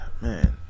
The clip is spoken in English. man